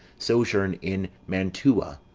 sojourn in mantua.